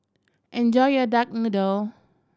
enjoy your duck noodle